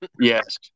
yes